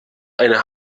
eine